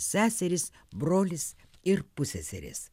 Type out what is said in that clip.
seserys brolis ir pusseserės